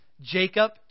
Jacob